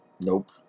Nope